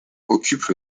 occupe